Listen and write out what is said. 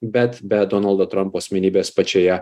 bet be donaldo trampo asmenybės pačioje